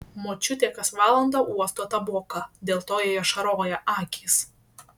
močiutė kas valandą uosto taboką dėl to jai ašaroja akys